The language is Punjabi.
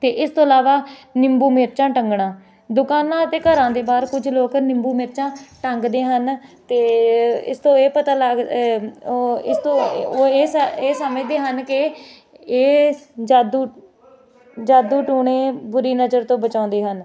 ਅਤੇ ਇਸ ਤੋਂ ਇਲਾਵਾ ਨਿੰਬੂ ਮਿਰਚਾਂ ਟੰਗਣਾ ਦੁਕਾਨਾਂ ਅਤੇ ਘਰਾਂ ਦੇ ਬਾਹਰ ਕੁਝ ਲੋਕ ਨਿੰਬੂ ਮਿਰਚਾਂ ਟੰਗਦੇ ਹਨ ਅਤੇ ਇਸ ਤੋਂ ਇਹ ਪਤਾ ਇਸ ਤੋਂ ਉਹ ਇਹ ਸ ਇਹ ਸਮਝਦੇ ਹਨ ਕਿ ਇਹ ਜਾਦੂ ਜਾਦੂ ਟੂਣੇ ਬੁਰੀ ਨਜ਼ਰ ਤੋਂ ਬਚਾਉਂਦੇ ਹਨ